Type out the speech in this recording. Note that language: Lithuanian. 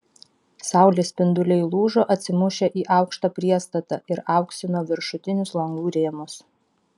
saulės spinduliai lūžo atsimušę į aukštą priestatą ir auksino viršutinius langų rėmus